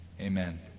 amen